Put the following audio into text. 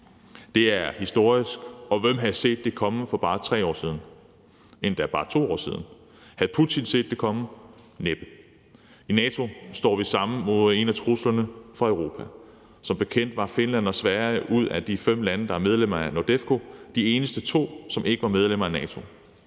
Det er historisk, og hvem havde set det komme for bare 3 år siden eller endda bare 2 år siden? Havde Putin set det komme? Næppe. I NATO står vi sammen om en af truslerne mod Europa. Som bekendt var Finland og Sverige ud af de fem lande, der er medlemmer af NORDEFCO, de eneste to, som ikke var medlemmer af NATO,